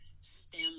STEM